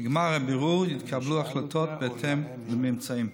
בגמר הבירור יתקבלו החלטות בהתאם לממצאים.